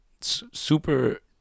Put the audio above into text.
super